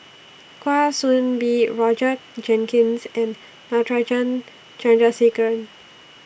Kwa Soon Bee Roger Jenkins and Natarajan Chandrasekaran